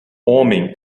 homem